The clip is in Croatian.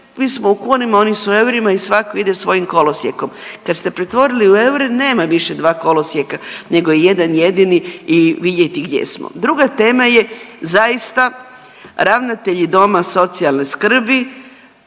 mi smo u kunama oni su u eurima i svako ide svojim kolosijekom. Kad ste pretvorili u eure nema više dva kolosijeka nego je jedan jedini i vidjeti gdje smo. Druga tema je zaista ravnatelji doma socijalne skrbi